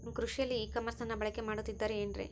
ಕೃಷಿಯಲ್ಲಿ ಇ ಕಾಮರ್ಸನ್ನ ಬಳಕೆ ಮಾಡುತ್ತಿದ್ದಾರೆ ಏನ್ರಿ?